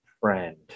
friend